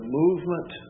movement